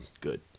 Good